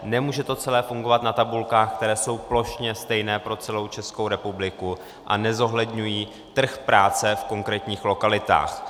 Nemůže to celé fungovat na tabulkách, které jsou plošně stejné pro celou Českou republiku a nezohledňují trh práce v konkrétních lokalitách.